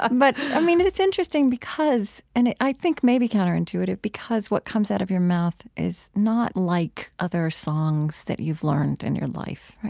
but, i mean, it's interesting because and i i think maybe counterintuitive because what comes out of your mouth is not like other songs that you've learned in your life,